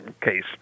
case